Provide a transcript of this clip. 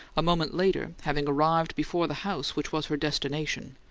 a moment later, having arrived before the house which was her destination,